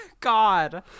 God